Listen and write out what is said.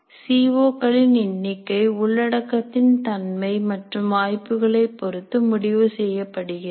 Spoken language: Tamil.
சீ ஓ களின் எண்ணிக்கை உள்ளடக்கத்தின் தன்மை மற்றும் வாய்ப்புகளைப் பொறுத்து முடிவு செய்யப்படுகிறது